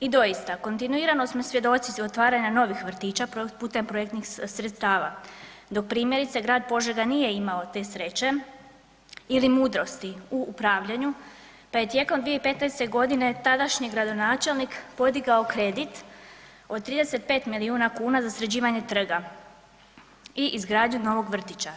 I doista, kontinuirano smo svjedoci otvaranja novih vrtića putem projektnih sredstava, dok primjerice grad Požega nije imao te sreće ili mudrosti u upravljanju, pa je tijekom 2015.g. tadašnji gradonačelnik podigao kredit od 35 milijuna kuna za sređivanje trga i izgradnju novog vrtića.